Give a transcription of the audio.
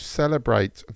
celebrate